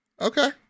Okay